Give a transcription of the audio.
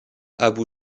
abu